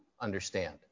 understand